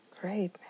Great